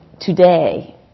today